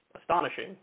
astonishing